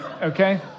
okay